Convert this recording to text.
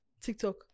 TikTok